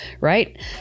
right